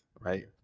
right